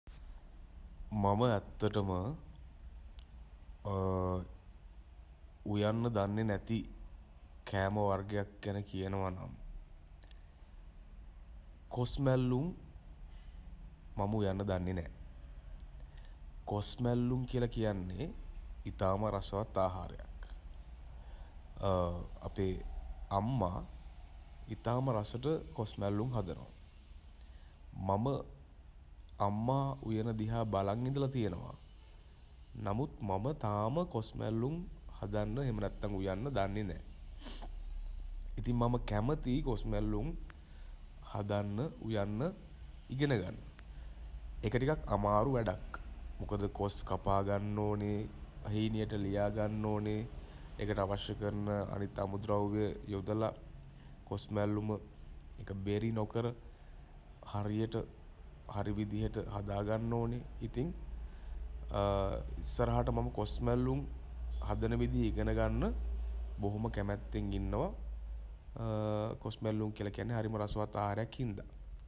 මම ඇත්තටම උයන්න දන්නෙ නැති කෑම වර්ගයක් ගැන කියනවා නම් කොස් මැල්ලුම් මම උයන්න දන්නෙ නෑ.. කොස් මැල්ලුම් කියලා කියන්නෙ ඉතාම රසවත් ආහාරයක් අපේ අම්මා ඉතාම රසට කොස් මැල්ලුම් හදනවා. මම අම්මා උයන දිහා බලන් ඉඳලා තියෙනවා. නමුත් මම තාම කොස් මැල්ලුම් හදන්න එහෙම නැත්නම් උයන්න දන්නෙ නෑ ඉතිං මම කැමති කොස් මැල්ලුම් හදන්න උයන්න ඉගෙන ගන්න. ඒක ටිකක් අමාරු වැඩක්. මොකද කොස් කපා ගන්න ඕනේ හීනියට ලියාගන්න ඕනේ ඒකට අවශ්‍ය කරන අනිත් අමුද්‍රව්‍ය යොදලා කොස් මැල්ලුම ඒක බෙරි නොකර හරියට හරි විදිහට හදාගන්න ඕනේ. ඉතින් ඉස්සරහට මම කොස් මැල්ලුම් හදන විදිහා ඉගෙන ගන්න බොහොම කැමැත්තෙන් ඉන්නවා කොස් මැල්ලුම් කියලා කියන්නේ හරිම රසවත් ආහාරයක් හින්දා.